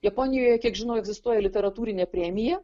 japonijoje kiek žinau egzistuoja literatūrinė premija